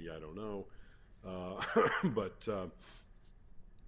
be i don't know but